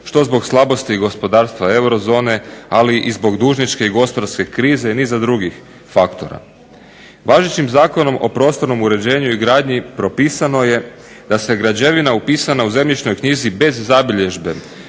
što zbog slabosti gospodarstva eurozone, ali i zbog dužničke i gospodarske krize i niza drugih faktora. Važećim Zakonom o prostornom uređenju i gradnji propisano je da se građevina upisana u zemljišnoj knjizi bez zabilježbe